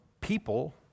people